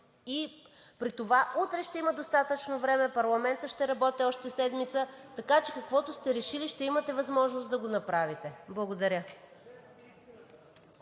при това утре ще има достатъчно време, парламентът ще работи още седмица, така че, каквото сте решили, ще имате възможност да го направите. Благодаря